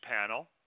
panel